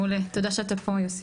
מעולה, תודה שאתה פה יוסי.